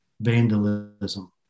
Vandalism